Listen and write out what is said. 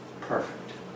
perfect